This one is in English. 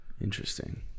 Interesting